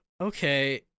Okay